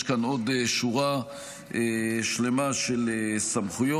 יש כאן עוד שורה של סמכויות,